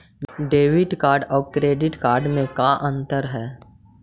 Debit और credit card में का अंतर है?